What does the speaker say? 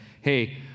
hey